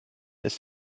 ist